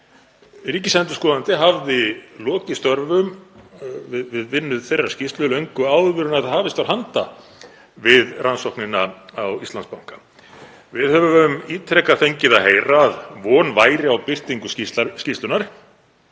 Ríkisendurskoðandi hafði lokið störfum við vinnu þeirrar skýrslu löngu áður en hafist var handa við rannsóknina á Íslandsbanka. Við höfum ítrekað fengið að heyra að von væri á að skýrslan